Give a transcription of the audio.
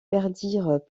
perdirent